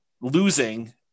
losing